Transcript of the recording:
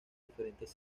diferentes